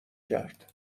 کرد